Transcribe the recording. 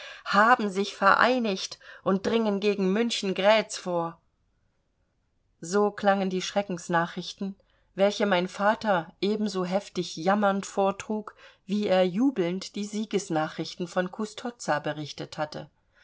haben sich vereinigt und dringen gegen münchengrätz vor so klangen die schreckensnachrichten welche mein vater ebenso heftig jammernd vortrug wie er jubelnd die siegesnachrichten von custozza berichtet hatte